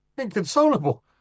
inconsolable